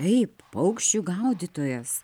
taip paukščių gaudytojas